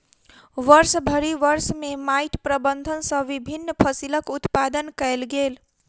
वर्षभरि वर्ष में माइट प्रबंधन सॅ विभिन्न फसिलक उत्पादन कयल गेल